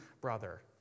brother